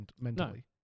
mentally